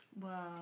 wow